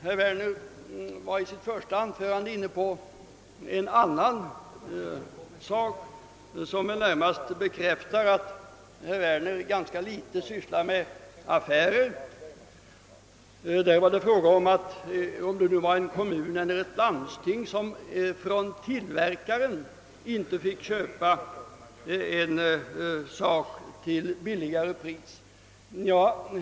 Herr Werner var i sitt första anförande inne på något som väl närmast bekräftar att herr Werner ganska litet sysslar med affärer. Frågan gällde en kommun eller ett landsting som inte fick köpa en sak direkt från tillverkaren till ett lägre pris.